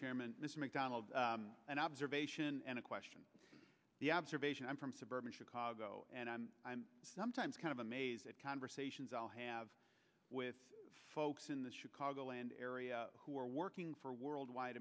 chairman mr mcdonald an observation and a question the observation i'm from suburban chicago and i'm sometimes kind of amazed at conversations i'll have with folks in the chicago land area who are working for worldwide